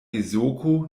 ezoko